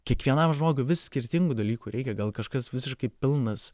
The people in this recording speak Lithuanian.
kiekvienam žmogui vis skirtingų dalykų reikia gal kažkas visiškai pilnas